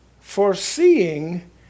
foreseeing